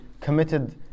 committed